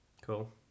cool